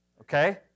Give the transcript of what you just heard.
okay